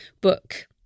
book